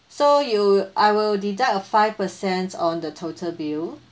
so you'll I will deduct a five percent on the total bill